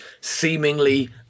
seemingly